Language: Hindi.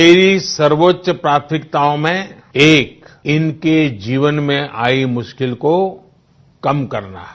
मेरी सर्वोच्च प्राथमिकताओं में एक इनके जीवन में आई मुश्किल को कम करना है